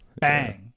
bang